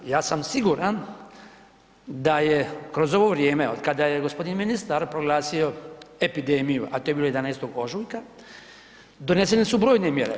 Ja sam siguran da je kroz ovo vrijeme otkada je g. ministar proglasio epidemiju, a to je bilo 11. ožujka donesene su brojne mjere.